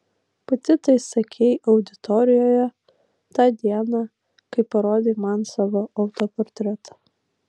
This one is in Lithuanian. pati tai sakei auditorijoje tą dieną kai parodei man savo autoportretą